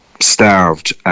starved